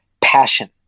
passion